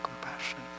compassion